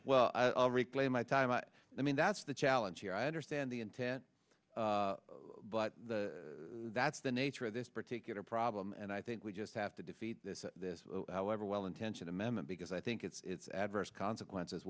well i'll reclaim my time i mean that's the challenge here i understand the intent but that's the nature of this particular problem and i think we just have to defeat this every well intentioned amendment because i think it's adverse consequences